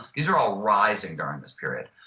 these are all rising during this period.